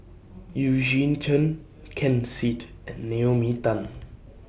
Eugene Chen Ken Seet and Naomi Tan